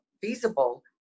feasible